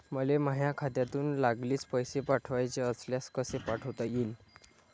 मले माह्या खात्यातून लागलीच पैसे पाठवाचे असल्यास कसे पाठोता यीन?